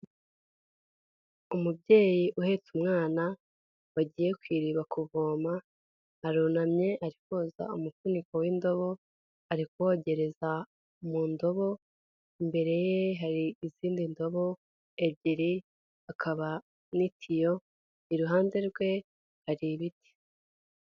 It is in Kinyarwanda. Umubyeyi uhetse umwana bagiye ku iri kuvoma arunamye ari koza umufuniko w'indobo, ari kuwogereza mu ndobo, imbere ye hari izindi ndobo ebyiri, hakaba n'itiyo, iruhande rwe hari ibiti.